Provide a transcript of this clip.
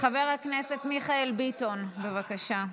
חבר הכנסת מיכאל ביטון, בבקשה.